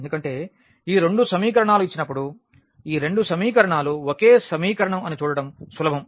ఎందుకంటే ఈ రెండు సమీకరణాలు ఇచ్చినప్పుడు ఈ రెండు సమీకరణాలు ఒకే సమీకరణం అని చూడటం సులభం